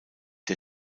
der